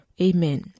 Amen